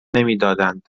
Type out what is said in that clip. نمیدادند